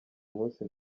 munsi